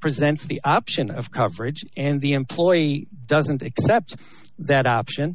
presents the option of coverage and the employee doesn't accept that option